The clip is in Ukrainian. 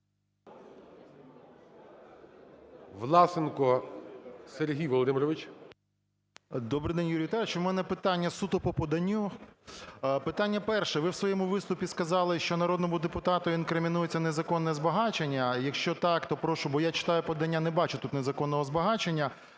Власенко Сергій Володимирович. 16:18:00 ВЛАСЕНКО С.В. Добрий день, Юрій Віталійович. У мене питання суто по поданою. Питання перше. Ви в своєму виступі сказали, що народному депутату інкримінується незаконне збагачення. Якщо так, то прошу, бо я читаю подання і не бачу тут незаконного збагачення,